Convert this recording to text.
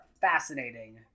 fascinating